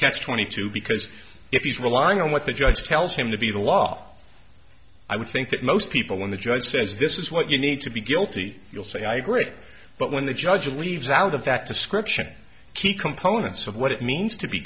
catch twenty two because if he's relying on what the judge tells him to be the law i would think that most people when the judge says this is what you need to be guilty you'll say i agree but when the judge leaves out of that description key components of what it means to be